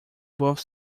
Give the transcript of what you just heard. both